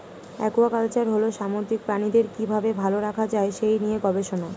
aquaculture হল সামুদ্রিক প্রাণীদের কি ভাবে ভালো রাখা যায় সেই নিয়ে গবেষণা